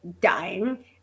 dying